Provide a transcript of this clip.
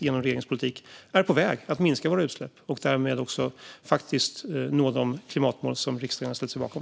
Genom regeringens politik är vi nu på väg att minska utsläppen och därmed nå de klimatmål som riksdagen har ställt sig bakom.